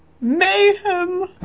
Mayhem